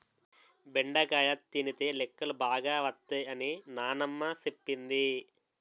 బెండకాయ తినితే లెక్కలు బాగా వత్తై అని నానమ్మ సెప్పింది